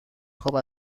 خواب